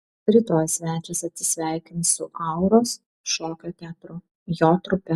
rytoj svečias atsisveikins su auros šokio teatru jo trupe